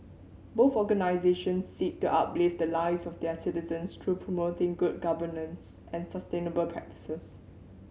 both organisations seek to uplift the lives of their citizens through promoting good governance and sustainable practices